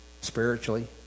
spiritually